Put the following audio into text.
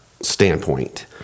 Standpoint